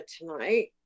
tonight